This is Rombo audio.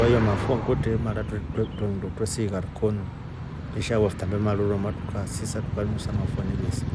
Dava ya mafua kwetre mara twe nndo twe siika rikoni yeshaawa ftanda maruamoto tukaasisa tukanusa mafua neveesia.